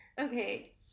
Okay